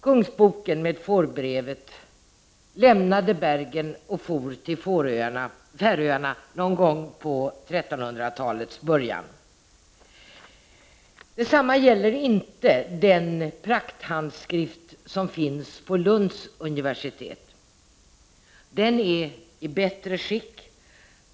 Kungsboken med fårbrevet lämnade Bergen och kom till Färöarna någon gång på 1300-talets början. Detsamma gäller inte den prakthandskrift som finns vid Lunds universitet. Den är i bättre skick.